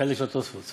בחלק של התוספות,